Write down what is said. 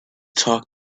talk